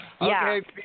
Okay